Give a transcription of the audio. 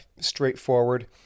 straightforward